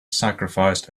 sacrificed